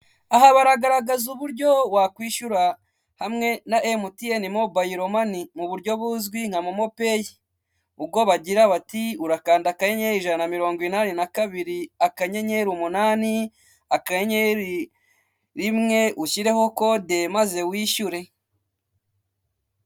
Aha baragaragaza uburyo wakwishyura hamwe na MTN mobayiro mani, mu buryo buzwi nka momo peyi, ubwo bagira bati urakanda akanyenyeri ijana na mirongo inani na kabiri, akanyenyeri umunani, akanyenyeri rimwe ushyireho kode maze wishyure.